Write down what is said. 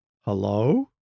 Hello